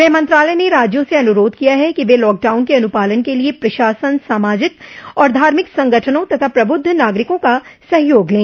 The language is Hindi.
गृह मंत्रालय ने राज्यों से अनुरोध किया है कि वे लॉकडाउन के अनुपालन के लिए प्रशासन सामाजिक और धार्मिक संगठनों तथा प्रबुद्ध नागरिकों का सहयोग लें